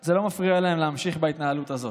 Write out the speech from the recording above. זה לא מפריע להם להמשיך בהתנהלות הזאת.